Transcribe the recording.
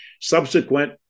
Subsequent